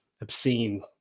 obscene